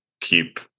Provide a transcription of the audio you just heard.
keep